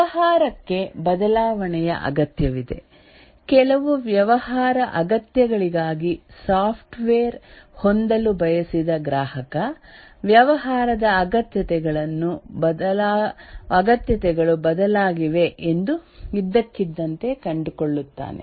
ವ್ಯವಹಾರಕ್ಕೆ ಬದಲಾವಣೆಯ ಅಗತ್ಯವಿದೆ ಕೆಲವು ವ್ಯವಹಾರ ಅಗತ್ಯಗಳಿಗಾಗಿ ಸಾಫ್ಟ್ವೇರ್ ಹೊಂದಲು ಬಯಸಿದ ಗ್ರಾಹಕ ವ್ಯವಹಾರದ ಅಗತ್ಯತೆಗಳು ಬದಲಾಗಿವೆ ಎಂದು ಇದ್ದಕ್ಕಿದ್ದಂತೆ ಕಂಡುಕೊಳ್ಳುತ್ತಾನೆ